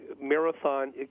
marathon